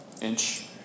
inch